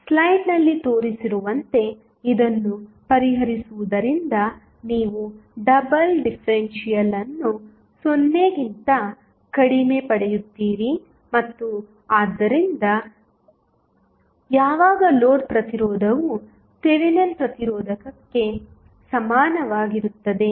ಸ್ಲೈಡ್ನಲ್ಲಿ ತೋರಿಸಿರುವಂತೆ ಇದನ್ನು ಪರಿಹರಿಸುವುದರಿಂದ ನೀವು ಡಬಲ್ ಡಿಫರೆನ್ಷಿಯಲ್ ಅನ್ನು 0 ಕ್ಕಿಂತ ಕಡಿಮೆ ಪಡೆಯುತ್ತೀರಿ ಮತ್ತು ಆದ್ದರಿಂದ ಯಾವಾಗ ಲೋಡ್ ಪ್ರತಿರೋಧವು ಥೆವೆನಿನ್ ಪ್ರತಿರೋಧಕ್ಕೆ ಸಮಾನವಾಗಿರುತ್ತದೆ